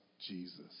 Jesus